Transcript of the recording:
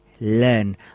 learn